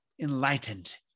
enlightened